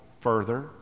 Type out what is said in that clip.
further